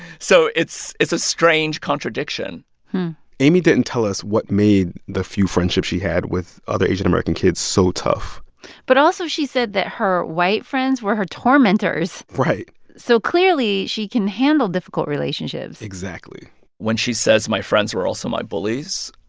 so it's it's a strange contradiction amy didn't tell us what made the few friendships she had with other asian american kids so tough but also, she said that her white friends were her tormentors right so clearly, she can handle difficult relationships exactly when she says, my friends were also my bullies,